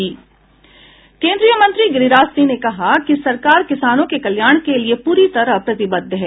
केन्द्रीय मंत्री गिरिराज सिंह ने कहा कि सरकार किसानों के कल्याण के लिए पूरी तरह प्रतिबद्ध है